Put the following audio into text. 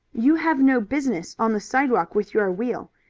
you have no business on the sidewalk with your wheel.